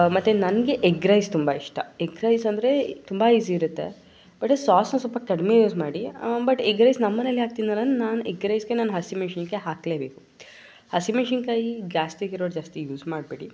ಮತ್ತು ನನಗೆ egg rice ತುಂಬ ಇಷ್ಟ ಎಗ್ ರೈಸ್ ಅಂದರೆ ತುಂಬ ಈಝಿ ಇರುತ್ತೆ ಬಟ್ ಸಾಸನ್ನ ಸ್ವಲ್ಪ ಕಡಿಮೆ ಯೂಸ್ ಮಾಡಿ ಬಟ್ ಎಗ್ ರೈಸ್ ನಮ್ಮ ಮನೆಯಲ್ಲಿ ಯಾಕೆ ತಿನ್ನೋಲ್ಲಾಂದ್ರೆ ನಾನು ಎಗ್ ರೈಸಿಗೆ ನಾನು ಹಸಿಮೆಣಸಿನ್ಕಾಯಿ ಹಾಕಲೇಬೇಕು ಹಸಿಮೆಣಸಿನ್ಕಾಯಿ ಗ್ಯಾಸ್ಟಿಕ್ ಇರೋರು ಜಾಸ್ತಿ ಯೂಸ್ ಮಾಡಬೇಡಿ